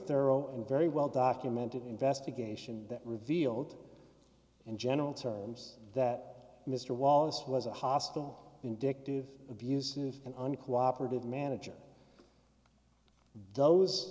thorough and very well documented investigation that revealed in general terms that mr wallace was a hostile indictive abusive and uncooperative manager those